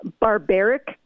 barbaric